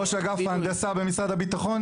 ראש אגף ההנדסה במשרד הביטחון?